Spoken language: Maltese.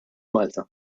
malta